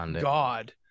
god